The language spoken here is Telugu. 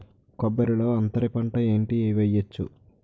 కొబ్బరి లో అంతరపంట ఏంటి వెయ్యొచ్చు?